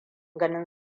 ganin